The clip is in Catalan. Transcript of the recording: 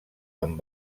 amb